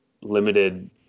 limited